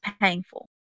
painful